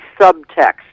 subtext